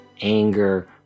anger